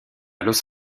los